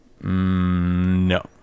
No